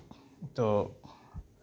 ᱛᱚ